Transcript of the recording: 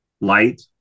light